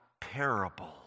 parable